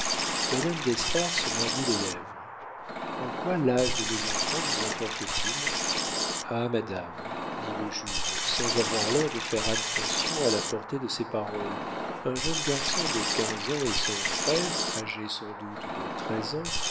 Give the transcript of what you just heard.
madame d'espard se mordit les lèvres en quoi l'âge de mes enfants vous importe t il ha madame dit le juge sans avoir l'air de faire attention à la portée de ses paroles un jeune garçon de quinze ans et son frère âgé sans doute de treize ans